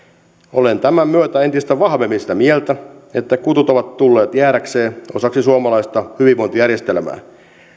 olen tämän myötä entistä vahvemmin sitä mieltä että kutut ovat tulleet jäädäkseen osaksi suomalaista hyvinvointijärjestelmää